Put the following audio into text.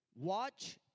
Watch